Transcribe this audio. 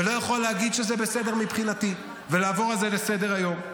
ולא יכול להגיד שזה בסדר מבחינתי ולעבור על זה לסדר-היום.